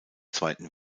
zweiten